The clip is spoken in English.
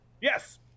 Yes